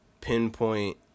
pinpoint